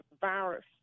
virus